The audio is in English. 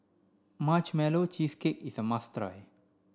marshmallow cheesecake is a must try